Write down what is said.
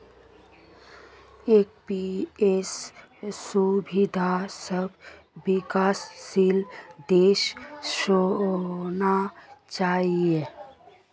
NPS सुविधा सब विकासशील देशत होना चाहिए